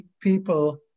people